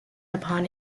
upon